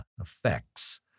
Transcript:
effects